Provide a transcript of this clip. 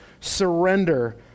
surrender